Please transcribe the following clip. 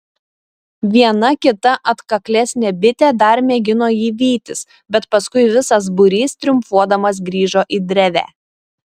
viena kita atkaklesnė bitė dar mėgino jį vytis bet paskui visas būrys triumfuodamas grįžo į drevę